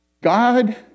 God